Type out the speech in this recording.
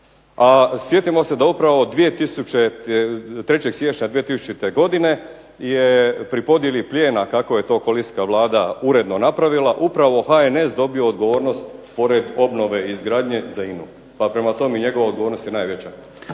A sjetimo se da upravo 3. siječnja 2000. godine je pri podjeli plijena kako je to koalicijska Vlada uredno napravila upravo HNS dobio odgovornost pored obnove i izgradnje za INA-a. Pa prema tome njegova odgovornost je najveća.